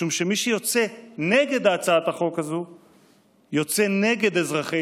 משום שמי שיוצא נגד הצעת החוק הזאת יוצא נגד אזרחי